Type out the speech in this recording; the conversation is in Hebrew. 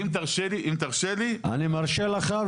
אם תרשה לי --- אני מרשה לך.